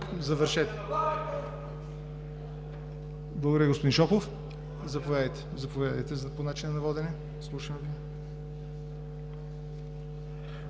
НОТЕВ: Благодаря, господин Шопов. Заповядайте по начина на водене. Слушам